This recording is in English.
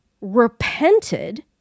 repented